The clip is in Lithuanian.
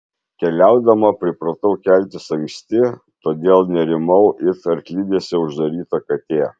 keliaudama pripratau keltis anksti todėl nerimau it arklidėse uždaryta katė